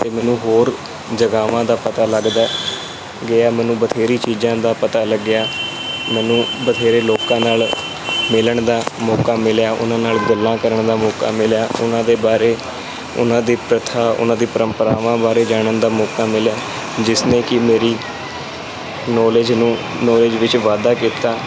ਅਤੇ ਮੈਨੂੰ ਹੋਰ ਜਗ੍ਹਾਵਾਂ ਦਾ ਪਤਾ ਲੱਗਦਾ ਗਿਆ ਮੈਨੂੰ ਬਥੇਰੀ ਚੀਜ਼ਾਂ ਦਾ ਪਤਾ ਲੱਗਿਆ ਮੈਨੂੰ ਬਥੇਰੇ ਲੋਕਾਂ ਨਾਲ ਮਿਲਣ ਦਾ ਮੌਕਾ ਮਿਲਿਆ ਉਹਨਾਂ ਨਾਲ ਗੱਲਾਂ ਕਰਨ ਦਾ ਮੌਕਾ ਮਿਲਿਆ ਉਹਨਾਂ ਦੇ ਬਾਰੇ ਉਹਨਾਂ ਦੀ ਪ੍ਰਥਾ ਉਹਨਾਂ ਦੀ ਪਰੰਪਰਾਵਾਂ ਬਾਰੇ ਜਾਣਨ ਦਾ ਮੌਕਾ ਮਿਲਿਆ ਜਿਸ ਨੇ ਕਿ ਮੇਰੀ ਨੌਲੇਜ ਨੂੰ ਨੌਲੇਜ ਵਿੱਚ ਵਾਧਾ ਕੀਤਾ